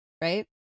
right